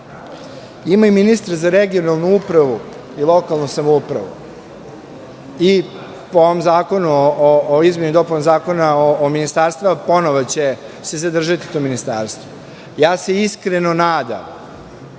ima ministra za regionalnu upravu i lokalnu samoupravu. Po ovom zakonu o izmeni i dopuni Zakona o ministarstvima, ponovo će se zadržati to ministarstvo. Ja se iskreno nadam